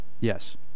Yes